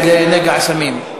הוועדה לנגע הסמים.